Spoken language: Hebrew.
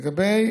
לגבי